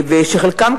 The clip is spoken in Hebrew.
ושחלקם,